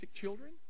children